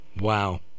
Wow